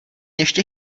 ještě